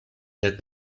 had